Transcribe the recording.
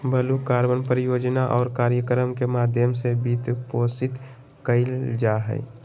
blue carbon परियोजना और कार्यक्रम के माध्यम से वित्तपोषित कइल जा हइ